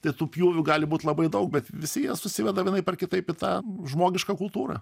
tai tų pjūvių gali būt labai daug bet visi jie susiveda vienaip ar kitaip į tą žmogišką kultūrą